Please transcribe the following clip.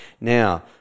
Now